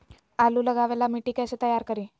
आलु लगावे ला मिट्टी कैसे तैयार करी?